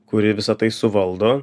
kuri visa tai suvaldo